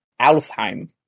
Alfheim